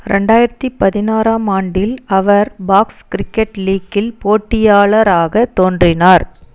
ரெண்டாயிரத்து பதினாறாம் ஆண்டில் அவர் பாக்ஸ் கிரிக்கெட் லீக்கில் போட்டியாளராகத் தோன்றினார்